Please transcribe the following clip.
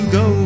go